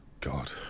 God